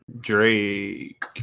Drake